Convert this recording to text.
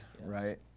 right